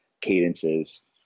cadences